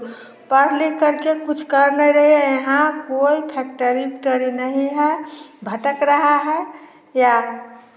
पढ़ लिखकर के कुछ कर नहीं रहे हैं हाँ कोई फैक्टरी एक्टरी नहीं है भटक रहा है या